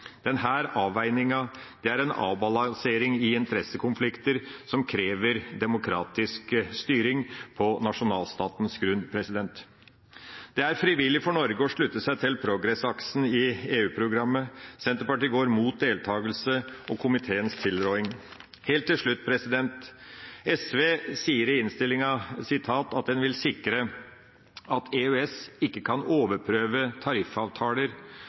avveininga er en avbalansering i interessekonflikter som krever demokratisk styring på nasjonalstatens grunn. Det er frivillig for Norge å slutte seg til PROGRESS-aksen i EU-programmet. Senterpartiet går imot deltakelse og komiteens tilråding. Helt til slutt: SV sier i innstillinga at en «vil sikre at EØS ikke kan overprøve tariffavtaler,